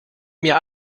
mir